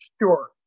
Sure